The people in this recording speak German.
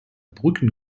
brücken